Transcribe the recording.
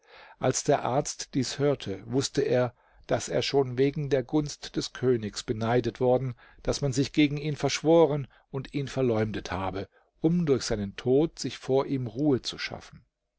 als der arzt dies hörte wußte er daß er schon wegen der gunst des königs beneidet worden daß man sich gegen ihn verschworen und ihn verleumdet habe um durch seinen tod sich vor ihm ruhe zu schaffen